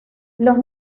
los